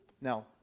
now